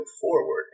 forward